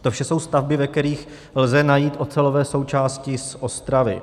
To vše jsou stavby, ve kterých lze najít ocelové součásti z Ostravy.